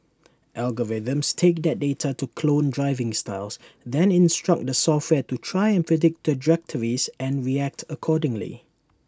algorithms take that data to clone driving styles then instruct the software to try and predict trajectories and react accordingly